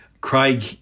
Craig